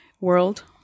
world